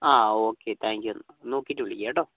ആ okay thank you എന്നാൽ നോക്കിയിട്ട് വിളിക്ക് കേട്ടോ